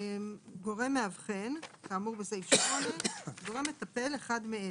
״גורם מאבחן״ - כאמור בסעיף 8; ״גורם מטפל״ - אחד מאלה: